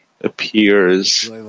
appears